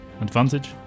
Advantage